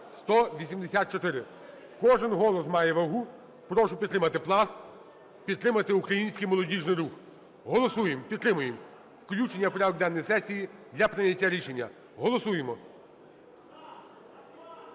Кожен голос має вагу, прошу підтримати Пласт, підтримати український молодіжний рух. Голосуємо. Підтримуємо включення в порядок денний сесії для прийняття рішення. Голосуємо.